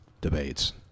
debates